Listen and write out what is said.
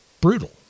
brutal